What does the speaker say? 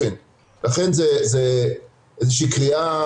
היא חייבת להתקיים,